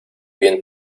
bien